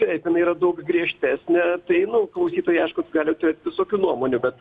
taip jinai yra daug griežtesnė tai nu klausytojai aišku gali turėt visokių nuomonių bet